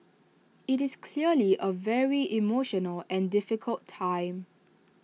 IT is clearly A very emotional and difficult time